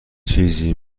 چیزی